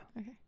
okay